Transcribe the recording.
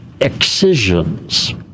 excisions